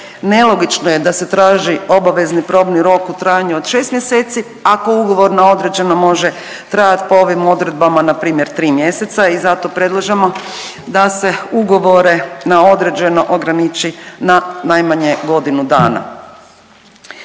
Nelogično je da se traži obavezni probni rok u trajanju od 6 mjeseci ako ugovor na određeno može trajati po ovom odredbama npr. 3 mjeseca. I zato predlažemo da se ugovore na određeno ograniči na najmanje godinu dana.